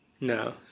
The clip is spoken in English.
no